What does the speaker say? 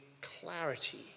clarity